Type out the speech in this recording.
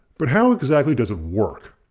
but how exactly does it work.